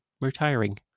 retiring